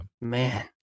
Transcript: Man